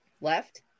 left